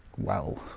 well,